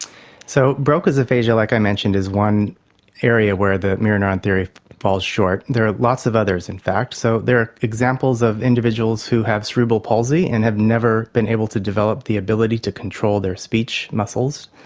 so broca's aphasia, like i mentioned, is one area where the mirror neuron theory falls short. there are lots of others in fact. so there are examples of individuals who have cerebral palsy and have never been able to develop the ability to control their speech muscles.